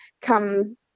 come